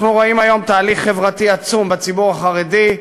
אנחנו רואים היום תהליך חברתי עצום בציבור החרדי,